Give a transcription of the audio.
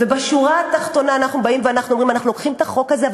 בשורה התחתונה אנחנו באים ואנחנו אומרים: אנחנו לוקחים את החוק הזה,